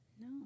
No